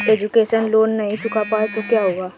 Education loan नहीं चुका पाए तो क्या होगा?